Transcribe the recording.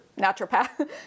naturopath